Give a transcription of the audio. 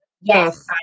Yes